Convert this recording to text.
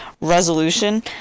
resolution